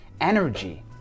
energy